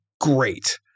Great